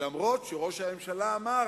למרות מה שראש הממשלה אמר,